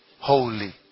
Holy